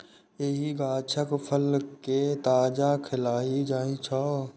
एहि गाछक फल कें ताजा खाएल जाइ छै